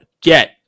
get